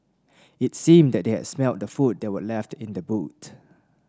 it seemed that they had smelt the food they were left in the boot